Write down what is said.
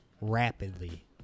rapidly